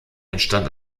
entstand